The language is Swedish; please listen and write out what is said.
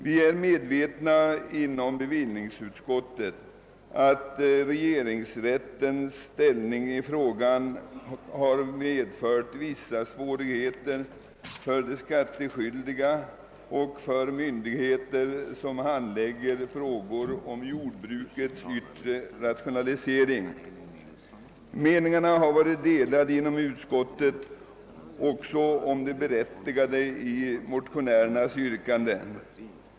Vi är inom bevillningsutskottet medvetna om att regeringsrättens ställningstagande i saken har medfört vissa svårigheter för de skattskyldiga samt för de myndigheter som handlägger frågor om jordbrukets yttre rationalisering. Meningarna har varit delade även inom utskottet om det berättigade i motionärernas yrkande.